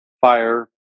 fire